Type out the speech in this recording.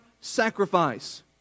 sacrifice